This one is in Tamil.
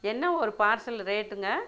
என்ன ஒரு பார்சல் ரேட்டுங்க